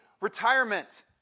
retirement